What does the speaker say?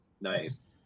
Nice